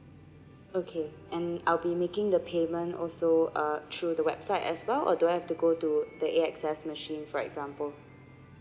okay and I'll be making the payment also uh through the website as well or do I have to go to the A_X_S machine for example